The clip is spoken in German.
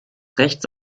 rechts